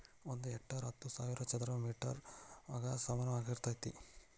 ಒಂದ ಹೆಕ್ಟೇರ್ ಹತ್ತು ಸಾವಿರ ಚದರ ಮೇಟರ್ ಗ ಸಮಾನವಾಗಿರತೈತ್ರಿ